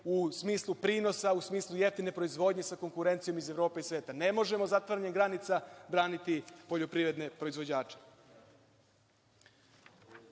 u smislu prinosa, u smislu jeftine proizvodnje sa konkurencijom iz Evrope i sveta. Ne možemo zatvaranjem granica braniti poljoprivredne proizvođače. Što